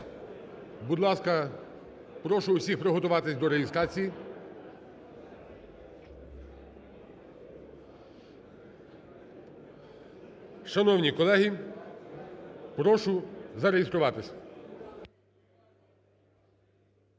Будь ласка, прошу всіх приготуватись до реєстрації. Шановні колеги, прошу зареєструватись.